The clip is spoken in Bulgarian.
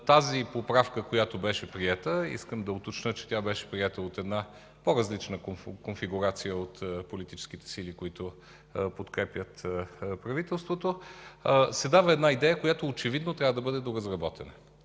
тази поправка, която беше приета – искам да уточня, че тя беше приета от една по-различна конфигурация от политическите сили, които подкрепят правителството, – се даде една идея, която очевидно трябва да бъде доразработена.